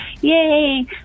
Yay